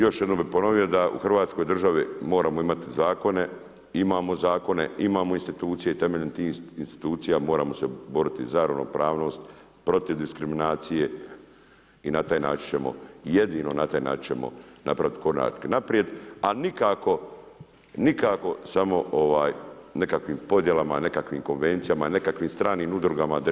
Još jednom bih ponovio da u Hrvatskoj državi moramo imati zakone, imamo zakone, imamo institucije i temeljem tih institucija moramo se boriti za ravnopravnost, protiv diskriminacije i na taj način ćemo, jedino na taj način ćemo napraviti korak naprijed, a nikako samo nekakvim podjelama, nekakvim konvencijama i nekakvim stranim udrugama … i tako.